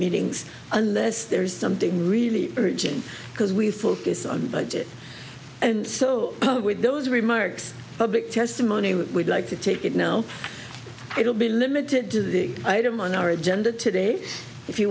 meetings unless there is something really urgent because we focus on the budget and so with those remarks public testimony would like to take it now it will be limited to the item on our agenda today if you